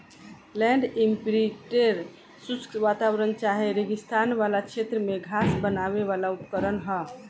land imprinter शुष्क वातावरण चाहे रेगिस्तान वाला क्षेत्र में घास बोवेवाला उपकरण ह